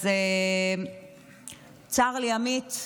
אז צר לי, עמית,